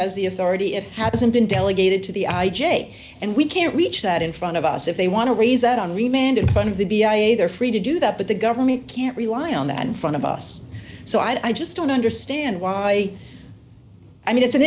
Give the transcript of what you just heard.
has the authority it hasn't been delegated to the i j a and we can't reach that in front of us if they want to raise that on remained in front of the b i a they're free to do that but the government can't rely on that in front of us so i just don't understand why i mean it's an